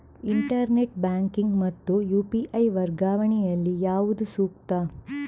Internet banking ಮತ್ತು UPI ವರ್ಗಾವಣೆ ಯಲ್ಲಿ ಯಾವುದು ಸೂಕ್ತ?